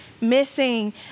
missing